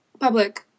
public